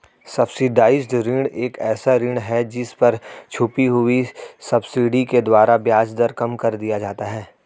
subsidised ऋण एक ऐसा ऋण है जिस पर छुपी हुई सब्सिडी के द्वारा ब्याज दर कम कर दिया जाता है